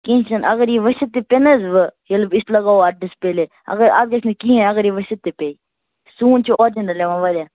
کیٚنٛہہ چھُنہٕ اگر یہِ ؤسِتھ تہِ پیٚیہِ نا حظ وۅنۍ یٚیلہِ أسۍ لگاوو أسۍ ڈِسپٕلے اگر اَتھ گَژھِ نہٕ کِہیٖنۍ اگر یہِ ؤسِتھ تہِ پیٚیہِ سون چھُ آرجِنل یِوان واریاہ